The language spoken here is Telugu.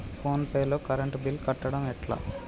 ఫోన్ పే లో కరెంట్ బిల్ కట్టడం ఎట్లా?